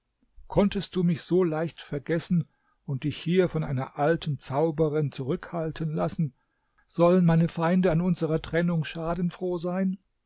konntest du mich so leicht vergessen und dich hier von einer alten zauberin zurückhalten lassen sollen meine feinde an unserer trennung schadenfroh sein